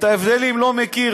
את ההבדלים לא מכיר,